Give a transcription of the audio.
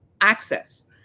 access